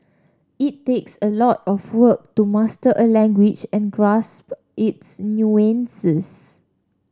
it takes a lot of work to master a language and grasp its nuances